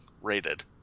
rated